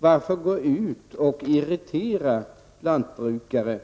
Varför gå ut och irritera lantbrukare